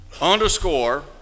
underscore